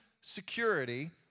security